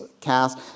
cast